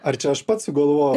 ar čia aš pats sugalvojau